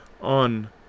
on